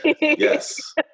yes